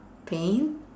pain